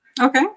okay